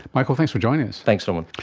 michael, thanks for joining us. thanks norman.